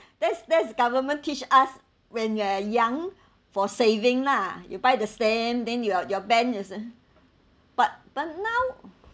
that's that's government teach us when we are young for saving lah you buy the stamp then your your bank is a but but now